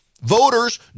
voters